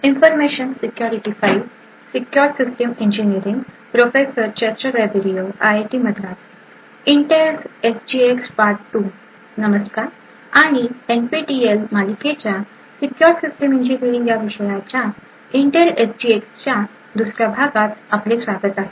नमस्कार आणि एनपीटीईएल मालिकेच्या सीक्युर सिस्टीम इंजीनियरिंग या विषयाच्या इंटेल एस जी एक्स च्या दुसऱ्या भागात आपले स्वागत आहे